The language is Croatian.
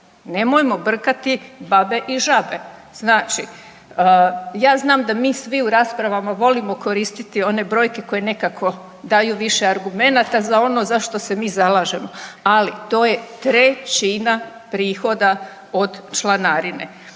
Nemojmo brkati babe i žabe. Znači, ja znam da mi svi u raspravama volimo koristiti one brojke koje nekako daju više argumenata za ono za što se mi zalažemo. Ali to je trećina prihoda od članarine.